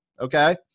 okay